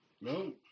No